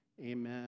Amen